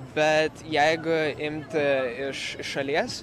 bet jeigu imt iš šalies